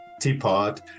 teapot